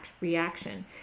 reaction